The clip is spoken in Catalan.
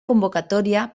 convocatòria